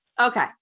Okay